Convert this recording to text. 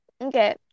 Okay